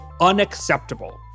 unacceptable